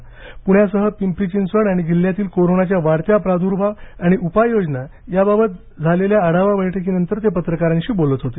प्ण्यासह पिंपरी चिंचवड आणि जिल्ह्यातील कोरोनाच्या वाढत्या प्राद्र्भाव आणि उपाययोजना याबाबत झालेल्या आढावा बैठकीनंतर ते पत्रकारांशी बोलत होते